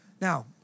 Now